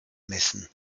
messen